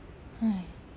!hais!